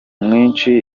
mwinshi